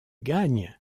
gagne